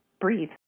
breathe